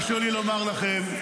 הרשו לי לומר לכם,